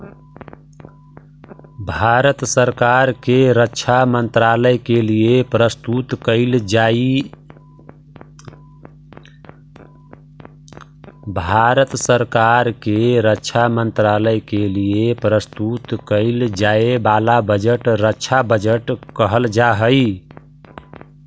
भारत सरकार के रक्षा मंत्रालय के लिए प्रस्तुत कईल जाए वाला बजट रक्षा बजट कहल जा हई